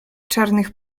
czarnych